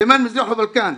תימן, מזרח ובלקן,